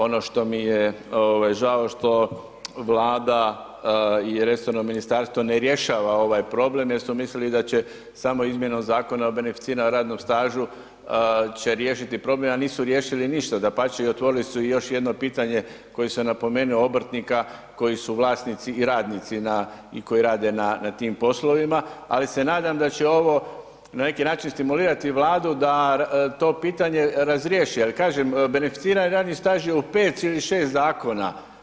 Ono što mi je ovaj žao što Vlada i resorno ministarstvo ne rješava ovaj problem jer smo mislili da će samo izmjenom Zakona o beneficiranom radnom stažu će riješiti problem, a nisu riješili ništa, dapače i otvorili su još jedno pitanje koje sam napomenuo, obrtnika koji su vlasnici i radnici na i koji rade na, na tim poslovima, ali se nadam da će ovo na neki način stimulirati Vladu da to pitanje razriješi, jer kažem beneficirani radni staž je u 5 ili 6 zakona.